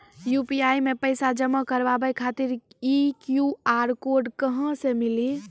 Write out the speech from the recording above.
UPI मे पैसा जमा कारवावे खातिर ई क्यू.आर कोड कहां से मिली?